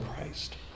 Christ